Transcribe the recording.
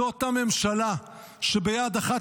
זו אותה ממשלה שביד אחת